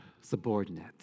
subordinate